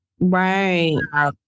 Right